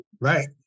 Right